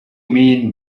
mean